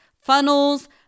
funnels